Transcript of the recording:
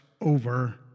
over